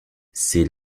c’est